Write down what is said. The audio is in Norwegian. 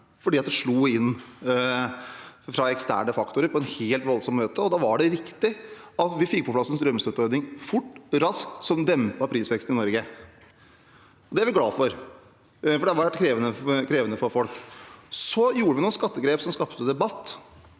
fordi det slo inn fra eksterne faktorer på en helt voldsom måte. Da var det riktig at vi fort og raskt fikk på plass en strømstøtteordning som dempet prisveksten i Norge. Det er vi glade for, for det har vært krevende for folk. Så gjorde vi noen skattegrep som skapte debatt,